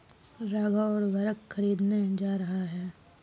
राघव उर्वरक खरीदने जा रहा है